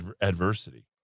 adversity